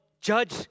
judge